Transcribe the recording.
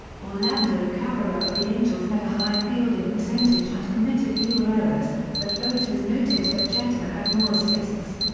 orlando cabrera of the angels had a higher fielding percentage and committed fewer errors, but voters noted that jeter had more assists.